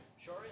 Sure